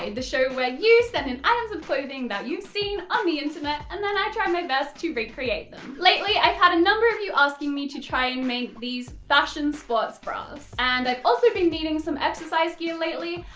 and the show where you send in items of clothing that you've seen on the internet, and then i try my best to recreate them. lately, i've had a number of you asking me to try and make these fashion sports bras. and i've also been needing some exercise gear lately,